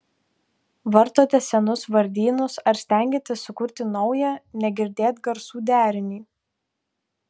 vartote senus vardynus ar stengiatės sukurti naują negirdėt garsų derinį